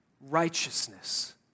righteousness